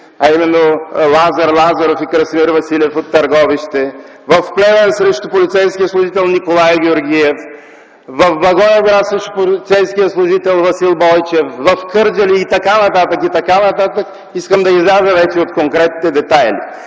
а именно Лазар Лазаров и Красимир Василев от Търговище, в Плевен срещу полицейския служител Николай Георгиев, в Благоевград срещу полицейският служител Васил Бойчев, в Кърджали и т. н., и т.н. Искам да изляза за конкретните детайли.